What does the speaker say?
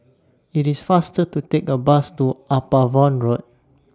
IT IS faster to Take A Bus to Upavon Road